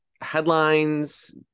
headlines